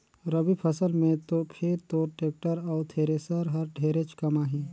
रवि फसल मे तो फिर तोर टेक्टर अउ थेरेसर हर ढेरेच कमाही